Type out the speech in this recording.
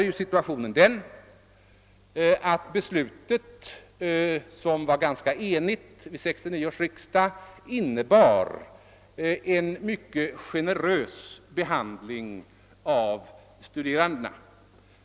Där är situationen den att beslutet, som var ganska enhälligt vid 1969 års riksdag, innebar en mycket generös behandling av de studerande.